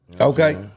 Okay